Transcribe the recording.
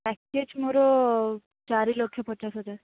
package ମୋର ଚାରି ଲକ୍ଷ ପଚାଶ ହଜାର